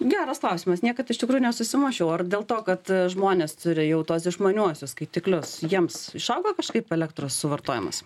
geras klausimas niekad iš tikrųjų nesusimąsčiau ar dėl to kad žmonės turi jau tuos išmaniuosius skaitiklius jiems išauga kažkaip elektros suvartojimas